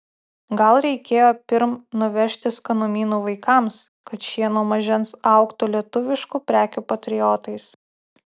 gal reikėjo pirm nuvežti skanumynų vaikams kad šie nuo mažens augtų lietuviškų prekių patriotais